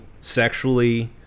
sexually